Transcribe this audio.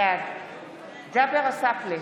בעד ג'אבר עסאקלה,